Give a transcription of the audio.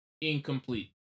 incomplete